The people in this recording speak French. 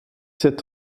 sept